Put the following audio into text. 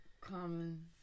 common